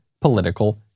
political